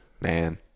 Man